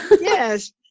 Yes